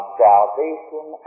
salvation